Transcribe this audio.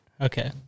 Okay